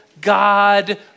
God